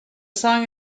song